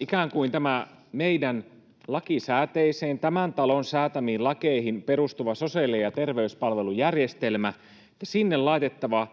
ikään kuin tähän meidän lakisääteiseen, tämän talon säätämiin lakeihin perustuvaan sosiaali- ja terveyspalvelujärjestelmään laitettavat